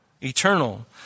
eternal